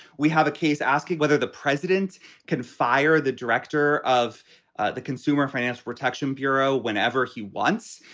we have a case asking whether the president can fire the director of the consumer financial protection bureau whenever he wants.